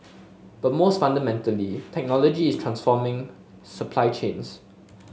but most fundamentally technology is transforming supply chains